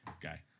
guy